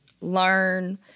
learn